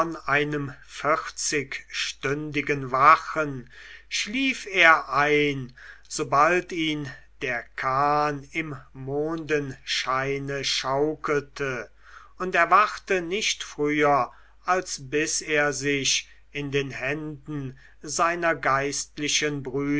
einem vierzigstündigen wachen schlief er ein sobald ihn der kahn im mondenscheine schaukelte und erwachte nicht früher als bis er sich in den händen seiner geistlichen